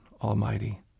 Almighty